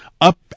up